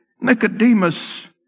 Nicodemus